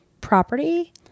property